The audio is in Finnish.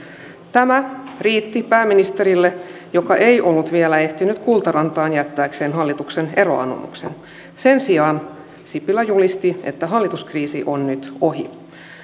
tämä riitti pääministerille joka ei ollut vielä ehtinyt kultarantaan jättääkseen hallituksen eroanomuksen sen sijaan sipilä julisti että hallituskriisi on nyt ohi